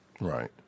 Right